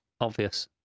obvious